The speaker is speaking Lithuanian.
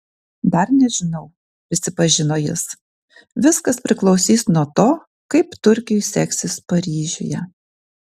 dar nežinau prisipažino jis viskas priklausys nuo to kaip turkiui seksis paryžiuje